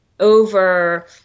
over